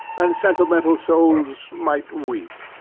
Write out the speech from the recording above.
and sentimental souls might weep.